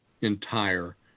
entire